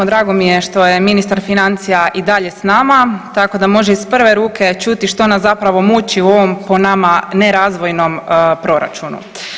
Drago mi je što je ministar financija i dalje sa nama tako da može iz prve ruke čuti što nas zapravo muči u ovom po nama nerazvojnom proračunu.